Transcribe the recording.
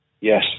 Yes